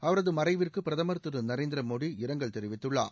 அவரது மறைவிற்கு பிரதமர் திரு நரேந்திர மோடி இரங்கல் தெரிவித்துள்ளார்